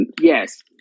Yes